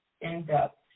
in-depth